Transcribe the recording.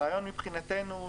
הרעיון מבחינתנו,